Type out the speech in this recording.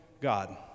God